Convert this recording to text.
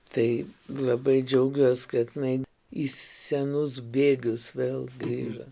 tai labai džiaugiuos kad jinai į senus bėgius vėl grįžo